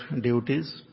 duties